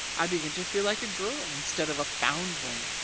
i begin to feel like a girl instead of a foundling.